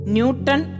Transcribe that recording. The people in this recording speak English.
Newton